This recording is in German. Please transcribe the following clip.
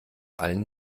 allen